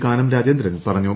കാനം രാജേന്ദ്രൻ പറഞ്ഞു